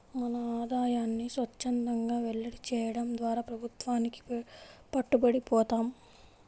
మన ఆదాయాన్ని స్వఛ్చందంగా వెల్లడి చేయడం ద్వారా ప్రభుత్వానికి పట్టుబడి పోతాం